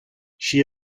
she